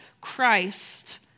Christ